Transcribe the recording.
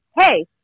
Hey